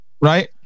Right